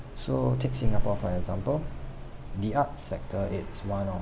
so take singapore for example the art sector it's one of